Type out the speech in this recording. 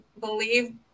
believe